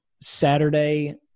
Saturday